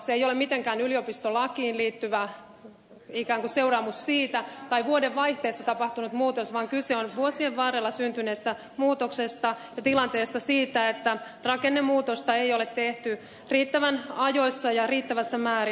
se ei ole mitenkään yliopistolakiin liittyvä ikään kuin seuraamus siitä tai vuoden vaihteessa tapahtunut muutos vaan kyse on vuosien varrella syntyneestä muutoksesta ja tilanteesta siitä että rakennemuutosta ei ole tehty riittävän ajoissa ja riittävässä määrin